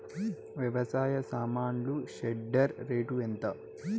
వ్యవసాయ సామాన్లు shredder rate ఎంత?